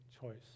choice